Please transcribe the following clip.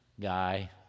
guy